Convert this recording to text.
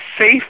safe